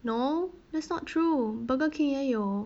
no that's not true burger king 也有